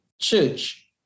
church